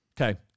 Okay